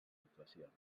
actuacions